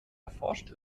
erforscht